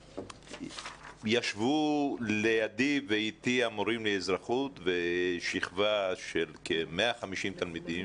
שישבו לידי ואיתי המורים לאזרחות בשכבה של כ-150 תלמידים.